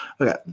Okay